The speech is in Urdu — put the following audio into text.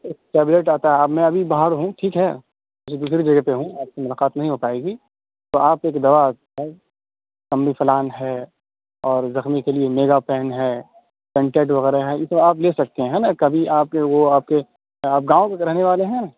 ایک ٹیبلیٹ آتا ہے اب میں ابھی باہر ہوں ٹھیک ہے کسی دوسری جگہ پہ ہوں آپ سے ملاقات نہیں ہو پائے گی تو آپ ایک دوا کمبی فلان ہے اور زخمی کے لیے میگا پین ہے سنٹڈ وغیرہ ہے یہ سب آپ لے سکتے ہیں ہے نا کبھی آپ کے وہ آپ کے آپ گاؤں کے رہنے والے ہیں